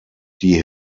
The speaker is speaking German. die